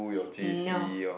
no